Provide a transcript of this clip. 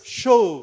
show